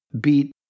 beat